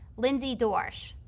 lindsey dorsch,